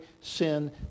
sin